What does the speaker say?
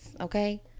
Okay